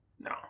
No